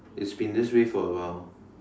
it's been this way for a while